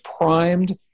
primed